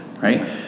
right